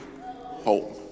home